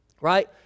right